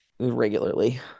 regularly